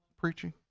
preaching